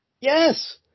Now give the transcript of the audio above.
Yes